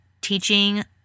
teaching